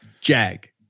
jag